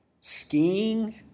skiing